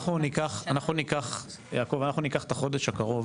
אנחנו ניקח את החודש הקרוב,